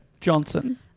Johnson